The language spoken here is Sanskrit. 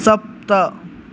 सप्त